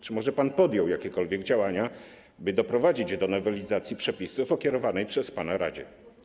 Czy może pan podjął jakiekolwiek działania, by doprowadzić do nowelizacji przepisów o kierowanej przez pana radzie?